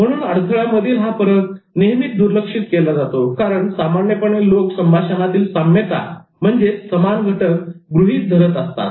म्हणून अडथळायामधील हा फरक नेहमी दुर्लक्षित केला जातो कारण सामान्यपणे लोक संभाषणातील साम्यता समान घटक गृहीत धरत असतात